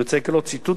אני רוצה לקרוא ציטוט